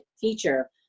feature